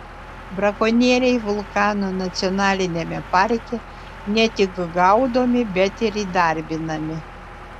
brakonieriai vulkano nacionaliniame parke ne tik gaudomi bet ir įdarbinami